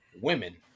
women